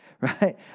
right